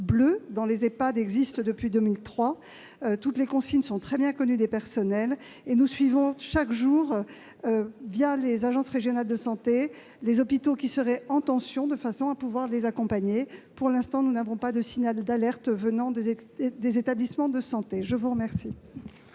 bleus dans les Ehpad existent depuis 2003. Toutes les consignes sont très bien connues des personnels, et nous suivons chaque jour, les agences régionales de santé, les hôpitaux qui seraient en tension, de façon à pouvoir les accompagner. Pour l'instant, nous n'avons pas reçu de signal d'alerte des établissements de santé. La parole